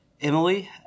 Emily